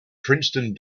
princeton